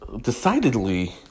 decidedly